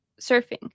surfing